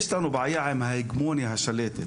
יש לנו בעיה עם ההגמוניה השלטת.